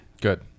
Good